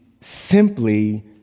simply